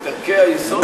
את ערכי היסוד,